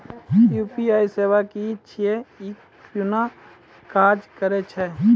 UPI सेवा की छियै? ई कूना काज करै छै?